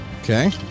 Okay